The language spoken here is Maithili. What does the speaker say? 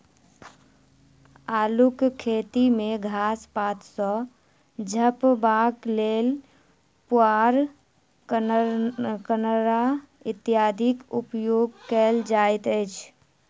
अल्लूक खेती मे घास पात सॅ झपबाक लेल पुआर, कन्ना इत्यादिक उपयोग कयल जाइत अछि